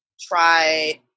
try